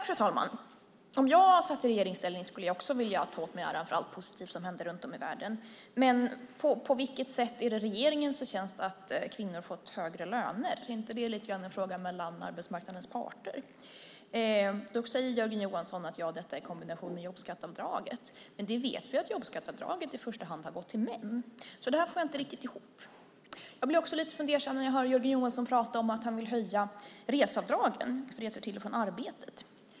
Fru talman! Om jag satt i regeringsställning skulle jag också vilja ta åt mig äran för allt positivt som händer runt om i världen. Men på vilket sätt är det regeringens förtjänst att kvinnor fått högre löner? Är inte det lite grann en fråga mellan arbetsmarknadens parter? Då säger Jörgen Johansson att det är i kombination med jobbskatteavdraget. Men vi vet att jobbskatteavdraget i första hand har gått till män. Så det får jag inte riktigt ihop. Jag blir också lite fundersam när jag hör Jörgen Johansson prata om att han vill höja reseavdragen för resor till och från arbetet.